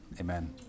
Amen